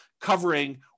covering